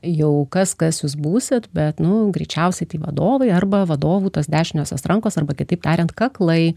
jau kas kas jūs būsit bet nu greičiausiai tai vadovai arba vadovų tas dešiniosios rankos arba kitaip tariant kaklai